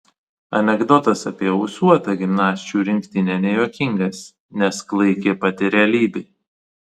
anekdotas apie ūsuotą gimnasčių rinktinę nejuokingas nes klaiki pati realybė